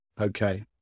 okay